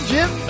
Jim